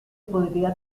podría